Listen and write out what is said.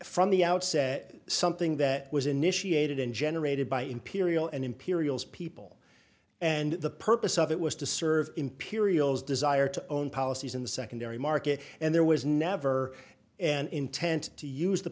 from the outset something that was initiated and generated by imperial and imperials people and the purpose of it was to serve imperials desire to own policies in the secondary market and there was never an intent to use the